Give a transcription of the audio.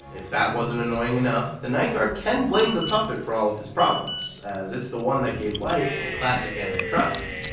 if that wasn't annoying enough, the night guard can blame the puppet for all of his problems, as it's the one that gave life to the classic animatronics.